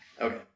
Okay